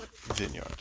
vineyard